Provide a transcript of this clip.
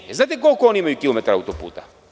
Jel vi znate koliko oni imaju kilometara auto-puta?